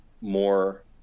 more